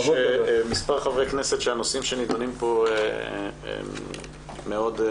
יש מספר חברי כנסת שהנושאים שנדונים כאן מאוד נוגעים אליהם.